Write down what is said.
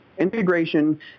Integration